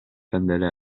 candele